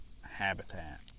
habitat